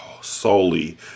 solely